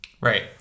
right